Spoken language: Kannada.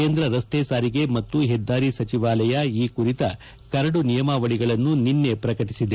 ಕೇಂದ್ರ ರಸ್ತೆ ಸಾರಿಗೆ ಮತ್ತು ಪೆದ್ದಾರಿ ಸಚಿವಾಲಯ ಈ ಕುರಿತ ಕರಡು ನಿಯಮಾವಳಿಗಳನ್ನು ನಿನ್ನೆ ಪ್ರಕಟಿಸಿದೆ